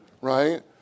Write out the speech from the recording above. right